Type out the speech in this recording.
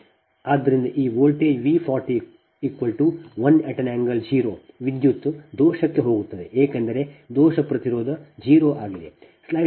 ಆದ್ದರಿಂದ ಈ voltage V 40 1∠0 ವಿದ್ಯುತ್ ದೋಷಕ್ಕೆ ಹೋಗುತ್ತದೆ ಏಕೆಂದರೆ ದೋಷ ಪ್ರತಿರೋಧ 0 ಆಗಿದೆ